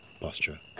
posture